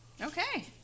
Okay